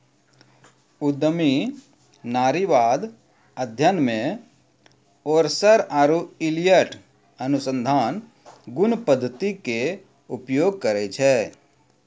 उद्यमी नारीवाद अध्ययन मे ओरसर आरु इलियट अनुसंधान गुण पद्धति के उपयोग करै छै